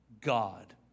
God